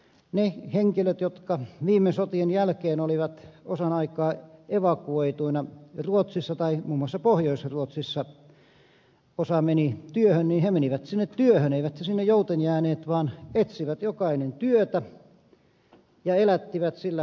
ne henkilöt jotka viime sotien jälkeen olivat osan aikaa evakuoituina ruotsissa muun muassa pohjois ruotsissa jonne osa meni työhön menivät sinne työhön eivät he sinne jouten jääneet vaan etsivät kaikki työtä ja elättivät sillä itsensä